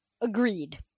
Agreed